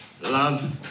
love